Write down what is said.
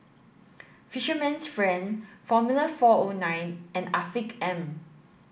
Fisherman's friend Formula four O nine and Afiq M